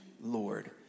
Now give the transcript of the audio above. Lord